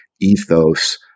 ethos